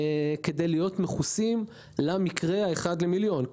כדי להיות מכוסים למקרה האחד למיליון.